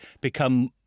become